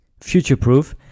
future-proof